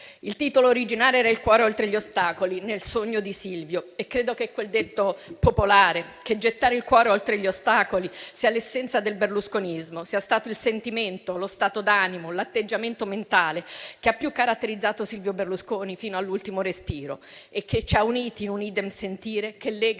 Il titolo originale era «Il cuore oltre gli ostacoli. Nel sogno di Silvio» e credo che il detto popolare «gettare il cuore oltre gli ostacoli» sia l'essenza del berlusconismo, che sia stato il sentimento, lo stato d'animo, l'atteggiamento mentale che più ha caratterizzato Silvio Berlusconi fino all'ultimo respiro e che ci ha uniti in un *idem* sentire che lega